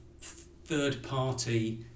third-party